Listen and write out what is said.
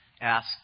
asked